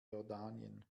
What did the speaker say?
jordanien